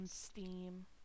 Steam